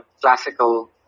classical